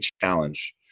challenge